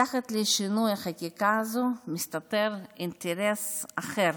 מתחת לשינוי החקיקה הזה מסתתר אינטרס אחר,